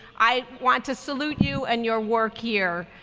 i want to salute you and your work here.